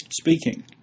speaking